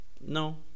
No